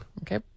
Okay